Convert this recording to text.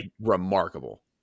remarkable